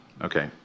Okay